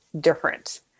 different